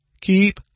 keep